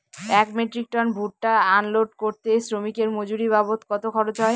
এক metric ton ভুট্টা unload করতে শ্রমিকের মজুরি বাবদ কত খরচ হয়?